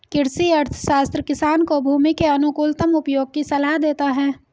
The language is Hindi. कृषि अर्थशास्त्र किसान को भूमि के अनुकूलतम उपयोग की सलाह देता है